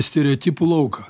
stereotipų lauką